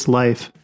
life